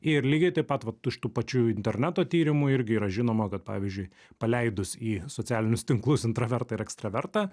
ir lygiai taip pat vat iš tų pačių interneto tyrimų irgi yra žinoma kad pavyzdžiui paleidus į socialinius tinklus intravertą ir ekstravertą